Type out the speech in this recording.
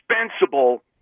indispensable